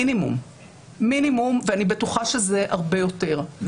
ואני בטוחה שהרבה יותר.